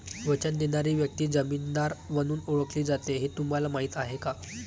वचन देणारी व्यक्ती जामीनदार म्हणून ओळखली जाते हे तुम्हाला माहीत आहे का?